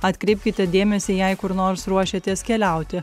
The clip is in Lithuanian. atkreipkite dėmesį jei kur nors ruošiatės keliauti